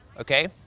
okay